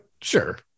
Sure